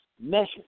measure